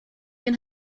can